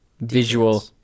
visual